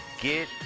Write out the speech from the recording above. Get